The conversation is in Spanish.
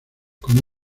como